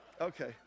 Okay